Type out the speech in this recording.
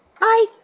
Bye